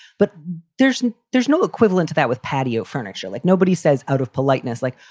but there's there's no equivalent to that with patio furniture. like nobody says out of politeness, like,